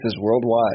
worldwide